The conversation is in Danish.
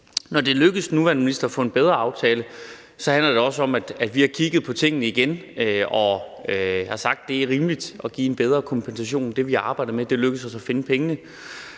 Når det er lykkedes den nuværende minister at få en bedre aftale, handler det også om, at vi har kigget på tingene igen og har sagt, at det er rimeligt at give en bedre kompensation end den, vi arbejdede med, og det er lykkedes os at finde pengene.